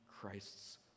Christ's